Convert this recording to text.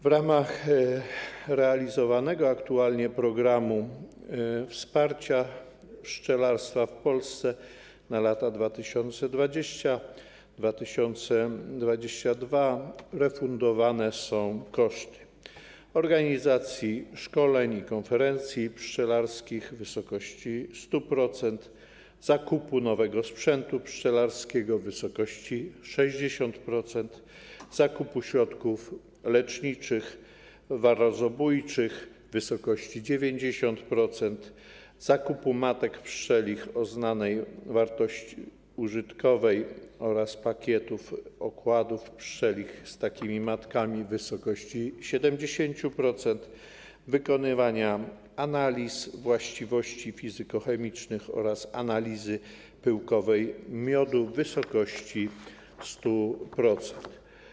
W ramach realizowanego aktualnie „Programu wsparcia pszczelarstwa w Polsce na lata 2020-2022” refundowane są koszty organizacji szkoleń i konferencji pszczelarskich w wysokości 100%, zakupu nowego sprzętu pszczelarskiego w wysokości 60%, zakupu środków leczniczych warrozobójczych w wysokości 90%, zakupu matek pszczelich o znanej wartości użytkowej oraz pakietów okładów pszczelich z takimi matkami w wysokości 70% oraz wykonywania analiz fizykochemicznych oraz analizy pyłkowej miodu w wysokości 100%.